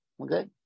Okay